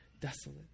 desolate